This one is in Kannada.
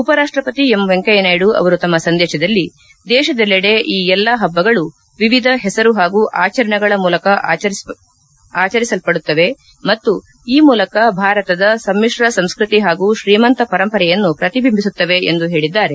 ಉಪರಾಷ್ಟಪತಿ ಎಂ ವೆಂಕಯ್ಕ ನಾಯ್ಡು ಅವರು ತಮ್ಮ ಸಂದೇಶದಲ್ಲಿ ದೇಶದಲ್ಲೆಡೆ ಈ ಎಲ್ಲಾ ಹಬ್ಬಗಳು ವಿವಿಧ ಹೆಸರು ಹಾಗೂ ಆಚರಣೆಗಳ ಮೂಲಕ ಆಚರಿಸಲ್ಪಡುತ್ತವೆ ಮತ್ತು ಈ ಮೂಲಕ ಭಾರತದ ಸಮಿತ್ರ ಸಂಸ್ಕತಿ ಹಾಗೂ ಶ್ರೀಮಂತ ಪರಂಪರೆಯನ್ನು ಪ್ರತಿಬಿಂಬಿಸುತ್ತವೆ ಎಂದು ಹೇಳಿದ್ದಾರೆ